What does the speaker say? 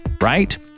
right